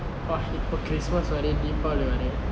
இப்ப:ippa christmas already deepavali வருது:varuthu